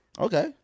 Okay